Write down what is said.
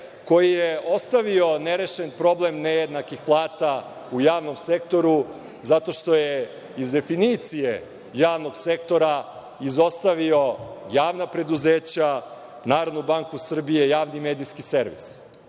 koji je ostavio nerešen problem nejednakih plata u javnom sektoru zato što iz definicije javnog sektora izostavio javna preduzeća, NBS, Javni medijski servis. Upravo